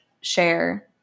share